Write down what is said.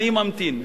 אני ממתין.